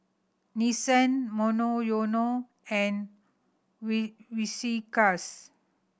Nissin Monoyono and We Whiskas